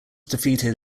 defeated